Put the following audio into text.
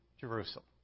Jerusalem